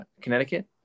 Connecticut